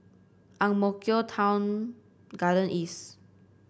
Ang Mo Kio Town Garden East